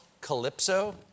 Calypso